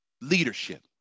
leadership